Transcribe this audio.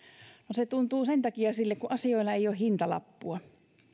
se tuntuu sen takia sille kun asioilla ei ole hintalappua